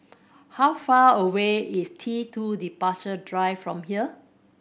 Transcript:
how far away is T Two Departure Drive from here